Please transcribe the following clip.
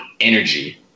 energy